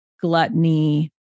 gluttony